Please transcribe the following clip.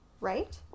right